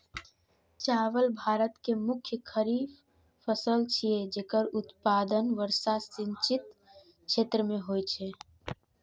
चावल भारत के मुख्य खरीफ फसल छियै, जेकर उत्पादन वर्षा सिंचित क्षेत्र मे होइ छै